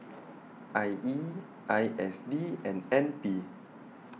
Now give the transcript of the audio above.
I E I S D and N P